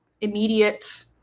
immediate